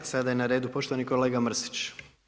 Sada je na redu poštovani kolega Mrsić.